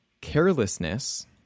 Carelessness